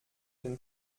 den